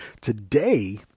Today